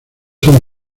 son